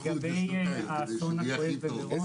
לגבי האסון הכואב במירון,